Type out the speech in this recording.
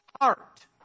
heart